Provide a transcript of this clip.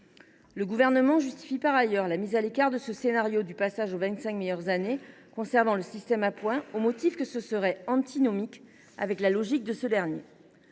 Le Gouvernement justifie par ailleurs la mise à l’écart de ce scénario du passage aux vingt cinq meilleures années conservant le système par points par le fait qu’un tel scénario serait antinomique avec la logique de ce dernier.